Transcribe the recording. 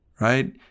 right